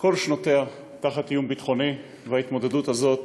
כל שנותיה תחת איום ביטחוני, וההתמודדות הזאת